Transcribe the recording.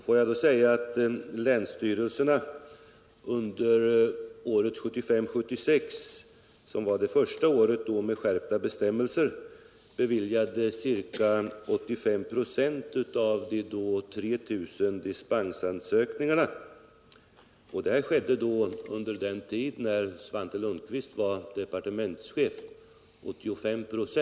Låt mig då säga att länsstyrelserna 1975/76, som var det första året med skärpta bestämmelser, beviljade ca 85 "5 av de då 3 000 dispensansökningarna. Det skedde alltså under den tid när Svante Lundkvist var departementschef.